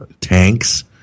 tanks